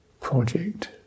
project